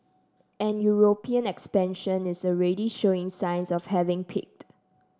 and European expansion is already showing signs of having peaked